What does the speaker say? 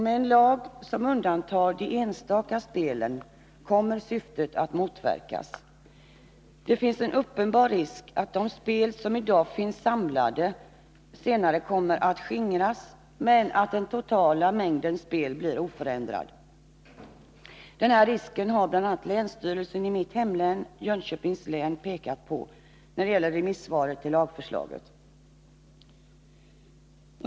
Med en lag som undantar de enstaka spelen kommer syftet att motverkas. Det finns en uppenbar risk för att de spel som i dag finns samlade senare kommer att skingras, men att den totala mängden spel blir oförändrad. Den risken har bl.a. länsstyrelsen i mitt hemlän, Jönköpings län, pekat på i remissvaret avseende lagförslaget.